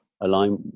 align